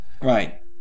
Right